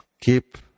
keep